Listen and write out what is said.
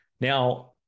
Now